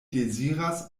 deziras